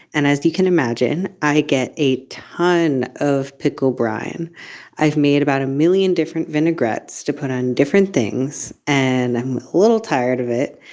and as you can imagine, i get a ton of pickle brine i've made about a million different vinaigrettes to put on different things, and i'm a little tired of it.